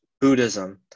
Buddhism